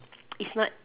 it's not